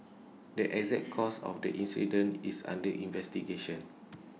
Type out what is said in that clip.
the exact cause of the incident is under investigation